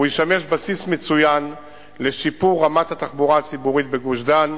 הוא ישמש בסיס מצוין לשיפור רמת התחבורה הציבורית בגוש-דן,